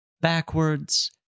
backwards